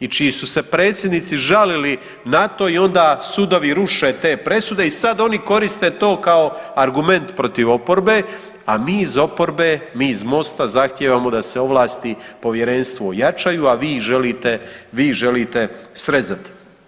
i čiji su se predsjednici žalili na to i onda sudovi ruše te presude i sad oni koriste to kao argument protiv oporbe, a mi iz oporbe, mi iz Mosta zahtijevamo da se ovlasti povjerenstvu ojačaju, a vi ih želite, vi ih želite srezati.